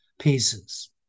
pieces